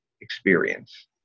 experience